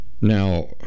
Now